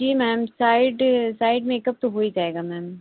जी ma'am side side makeup तो हो ही जाएगा मैम